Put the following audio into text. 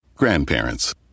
Grandparents